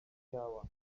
widziała